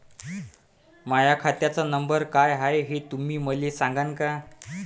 माह्या खात्याचा नंबर काय हाय हे तुम्ही मले सागांन का?